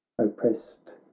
oppressed